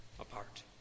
apart